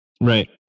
Right